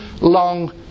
long